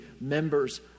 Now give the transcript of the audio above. members